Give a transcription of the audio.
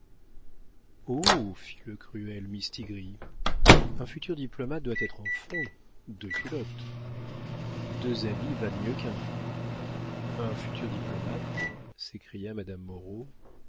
fit le cruel mistigris un futur diplomate doit être en fonds de culotte deux habits valent mieux qu'un un futur diplomate s'écria madame moreau